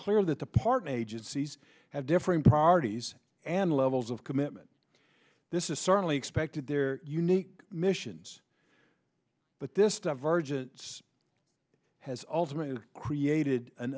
clear that the partner agencies have different priorities and levels of commitment this is certainly expected their unique missions but this divergence has ultimately created an